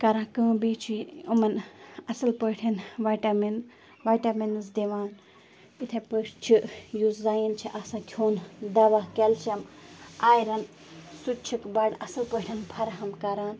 کران کٲم بیٚیہِ چھِ یِمَن اَصٕل پٲٹھۍ وایٹَمِن واٹَمِنِز دِوان یِتھَے پٲٹھۍ چھِ یُس زَنٮ۪ن چھِ آسان کھیوٚن دوا کٮ۪لشَم آیرَن سُہ تہِ چھِکھ بَڑٕ اَصٕل پٲٹھۍ فرہَم کران